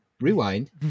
rewind